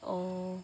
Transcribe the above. অঁ